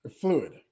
Fluid